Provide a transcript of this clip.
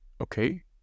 Okay